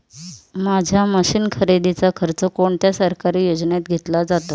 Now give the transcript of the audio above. माझ्या मशीन खरेदीचा खर्च कोणत्या सरकारी योजनेत घेतला जातो?